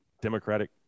democratic